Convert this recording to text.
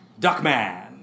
Duckman